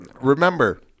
remember